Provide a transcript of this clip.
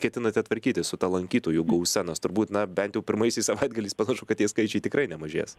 ketinate tvarkytis su ta lankytojų gausa nes turbūt na bent jau pirmaisiais savaitgaliais panašu kad tie skaičiai tikrai nemažės